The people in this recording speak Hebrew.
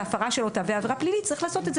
והפרה שלו תהווה עבירה פלילית,